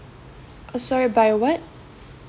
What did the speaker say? uh sorry by what